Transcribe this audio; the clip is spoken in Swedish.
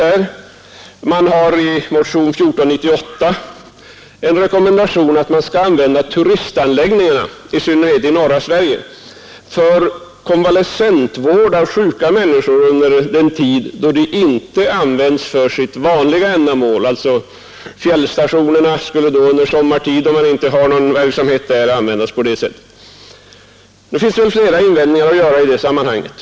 I motionen 1498 finns en rekommendation om att turistanläggningarna — i synnerhet i norra Sverige — skall användas för konvalescentvård och eftervård av sjuka människor under den tid då dessa anläggningar inte används för sitt vanliga ändamål. Fjällstationerna skulle då under sommartid, då ingen verksamhet bedrivs där, användas på det sättet. Det finns flera invändningar att göra i det sammanhanget.